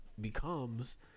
becomes